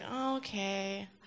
Okay